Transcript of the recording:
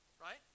right